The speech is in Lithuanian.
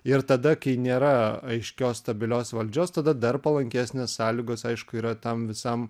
ir tada kai nėra aiškios stabilios valdžios tada dar palankesnės sąlygos aišku yra tam visam